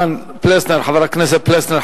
חבר הכנסת יוחנן פלסנר,